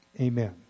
Amen